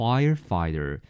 Firefighter